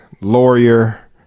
lawyer